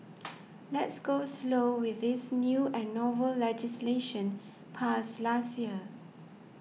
let's go slow with this new and novel legislation passed last year